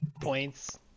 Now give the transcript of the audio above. points